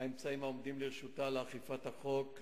האמצעים העומדים לרשותה לאכיפת החוק,